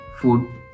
food